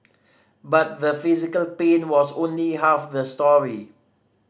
but the physical pain was only half the story